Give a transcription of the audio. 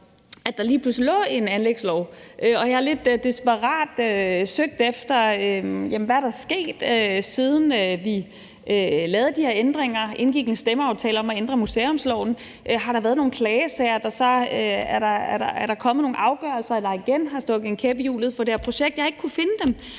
der lige pludselig lå en anlægslov, og jeg har lidt desperat søgt efter, hvad der er sket. Siden vi lavede de her ændringer, indgik en stemmeaftale om at ændre museumsloven, har der været nogle klagesager, og så er der kommet nogle afgørelser, der igen har stukket en kæp i hjulet for det her projekt. Men jeg har ikke kunnet finde dem,